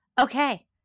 Okay